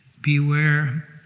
beware